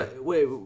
wait